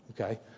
Okay